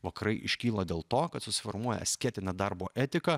vakarai iškyla dėl to kad susiformuoja asketinę darbo etiką